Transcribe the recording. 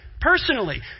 personally